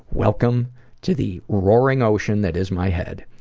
welcome to the roaring ocean that is my head.